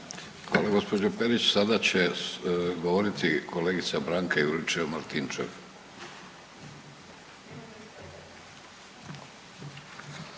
Hvala gospođo Perić. Sada će govoriti kolegica Branka Juričev Martinčev.